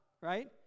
right